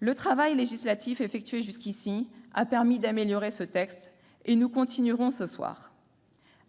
Le travail législatif effectué jusqu'à présent a permis d'améliorer le texte, et nous continuerons de le faire ce soir.